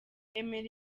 emery